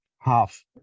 half